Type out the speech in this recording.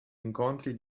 incontri